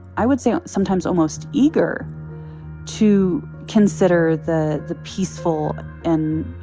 i would say, sometimes almost eager to consider the the peaceful and,